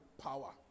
power